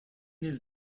his